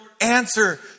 answer